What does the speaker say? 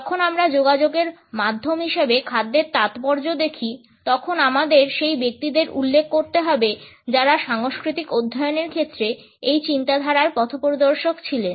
যখন আমরা যোগাযোগের মাধ্যম হিসাবে খাদ্যের তাৎপর্য দেখি তখন আমাদের সেই ব্যক্তিদের উল্লেখ করতে হবে যারা সাংস্কৃতিক অধ্যয়নের ক্ষেত্রে এই চিন্তাধারার পথপ্রদর্শক ছিলেন